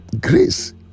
grace